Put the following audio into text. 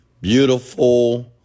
beautiful